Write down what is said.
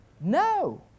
No